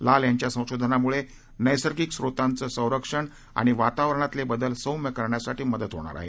लाल यांच्या संशोधनामुळे नैसर्गिक स्रोतांचं संरक्षण आणि वातावरणातले बदल सौम्य करण्यासाठी मदत होणार आहे